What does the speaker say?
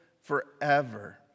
forever